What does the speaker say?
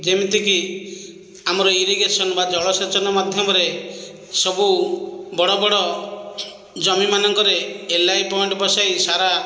ଯେମିତିକି ଆମର ଇରିଗେସନ ବା ଜଳସେଚନ ମାଧ୍ୟମରେ ସବୁ ବଡ଼ ବଡ଼ ଜମିମାନଙ୍କରେ ଏଲ୍ଆଇ ପଏଣ୍ଟ ବସେଇ ସାରା